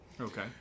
Okay